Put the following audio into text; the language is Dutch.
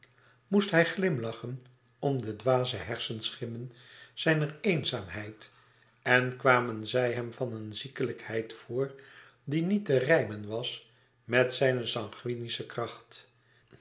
moest hij glimlachen om de dwaze hersenschimmen zijner eenzaamheid en kwamen zij hem van eene ziekelijkheid voor die niet te rijmen was met zijne sanguinische kracht